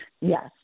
Yes